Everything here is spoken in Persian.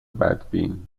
بدبین